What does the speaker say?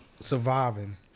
surviving